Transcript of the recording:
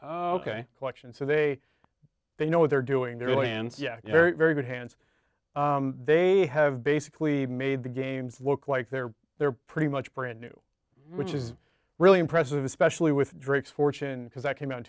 this collection so they they know what they're doing there and yeah very very good hands they have basically made the games look like they're they're pretty much brand new which is really impressive especially with drake's fortune because that came out